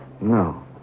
No